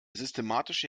systematische